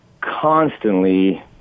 constantly